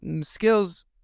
skills